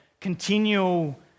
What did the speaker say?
continual